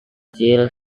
kecil